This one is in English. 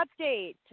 update